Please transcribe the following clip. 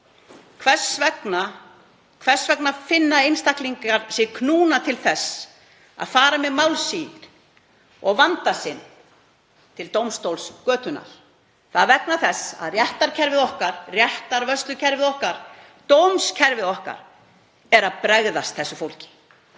Hvers vegna finna einstaklingar sig knúna til þess að fara með mál sín og vanda til dómstóls götunnar? Það er vegna þess að réttarkerfið okkar, réttarvörslukerfið okkar, dómskerfið okkar, er að bregðast þessu fólki.